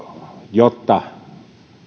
jotta